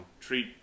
treat